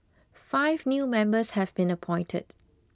five new members have been appointed